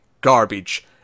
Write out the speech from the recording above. garbage